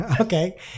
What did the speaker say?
Okay